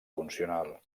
funcional